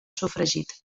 sofregit